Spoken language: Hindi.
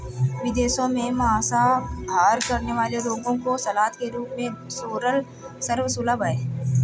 विदेशों में मांसाहार करने वाले लोगों को सलाद के रूप में सोरल सर्व सुलभ है